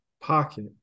pocket